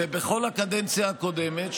ובכל הקדנציה הקודמת,